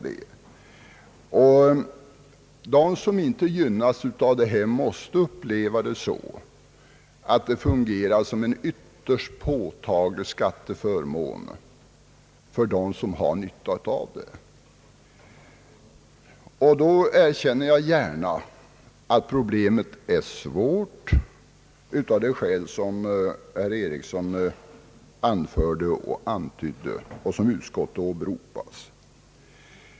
De som inte gynnas av denna lagstiftning måste finna att den fungerar som en synnerligen påtaglig skatteförmån för dem som kan utnyttja den. Jag erkänner också gärna att problemet är svårt av de skäl som herr Ericsson anförde och som utskottet åberopat.